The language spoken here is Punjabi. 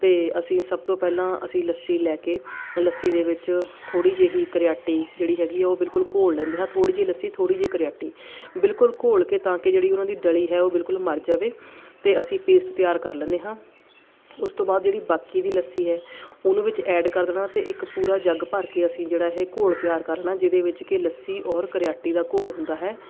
ਅਤੇ ਅਸੀਂ ਸਭ ਤੋਂ ਪਹਿਲਾਂ ਅਸੀਂ ਲੱਸੀ ਲੈ ਕੇ ਲੱਸੀ ਦੇ ਵਿੱਚ ਥੋੜ੍ਹੀ ਜਿਹੀ ਕਰਿਆਟੀ ਜਿਹੜੀ ਹੈਗੀ ਆ ਉਹ ਬਿਲਕੁਲ ਘੋਲ ਲੈਂਦੇ ਹਾਂ ਥੋੜ੍ਹੀ ਜਿਹੀ ਲੱਸੀ ਥੋੜ੍ਹੀ ਜਿਹੀ ਕਰਿਆਟੀ ਬਿਲਕੁਲ ਘੋਲ ਕੇ ਤਾਂ ਕਿ ਜਿਹੜੀ ਉਹਨਾਂ ਦੀ ਡਲੀ ਹੈ ਉਹ ਬਿਲਕੁਲ ਮਰ ਜਾਵੇ ਅਤੇ ਅਸੀਂ ਪੇਸਟ ਤਿਆਰ ਕਰ ਲੈਦੇ ਹਾਂ ਉਸ ਤੋਂ ਬਾਅਦ ਜਿਹੜੀ ਬਾਕੀ ਦੀ ਲੱਸੀ ਹੈ ਉਹਨੂੰ ਵਿੱਚ ਐਡ ਕਰ ਦੇਣਾ ਅਤੇ ਇੱਕ ਪੂਰਾ ਜੱਗ ਭਰ ਕੇ ਅਸੀਂ ਜਿਹੜਾ ਇਹ ਘੋਲ ਤਿਆਰ ਕਰਨਾ ਜਿਹਦੇ ਵਿੱਚ ਕਿ ਲੱਸੀ ਔਰ ਕਰਿਆਟੀ ਦਾ ਘੋਲ ਹੁੰਦਾ ਹੈ